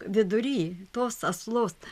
vidury tos aslos